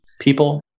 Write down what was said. people